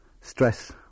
Stress